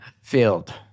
Field